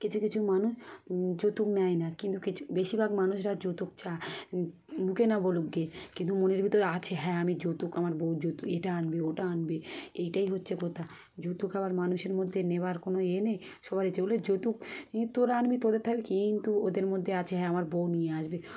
কিছু কিছু মানুষ যৌতুক নেয় না কিন্তু কিছু বেশিরভাগ মানুষরা যৌতুক চায় মুখে না বলুক গিয়ে কিন্তু মনের ভিতরে আছে হ্যাঁ আমি যৌতুক আমার বউ যৌতুক এটা আনবি ওটা আনবে এইটাই হচ্ছে কথা যৌতুক আবার মানুষের মধ্যে নেবার কোনো ইয়ে নেই সবার বলে যৌতুক তোরা আনবি তোদের থাকবে কি কিন্তু ওদের মধ্যে আছে হ্যাঁ আমার বউ নিয়ে আসবে